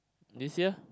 this year